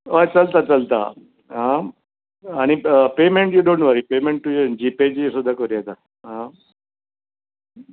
हय चलता चलता आं आनी payment you don't worry payment तुवें जी पेचेर सुद्दां करूं येता आं